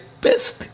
best